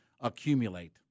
accumulate